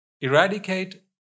eradicate